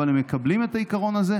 אבל הם מקבלים את העיקרון הזה,